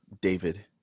David